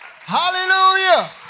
Hallelujah